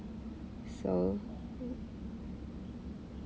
so